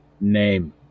name